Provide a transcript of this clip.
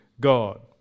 God